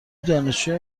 دانشجوی